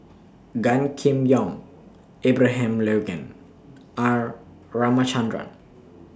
Gan Kim Yong Abraham Logan R Ramachandran